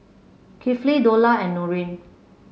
Kifli Dollah and Nurin